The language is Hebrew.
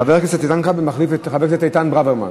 חבר הכנסת איתן כבל מחליף את חבר הכנסת אבישי ברוורמן.